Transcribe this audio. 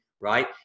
right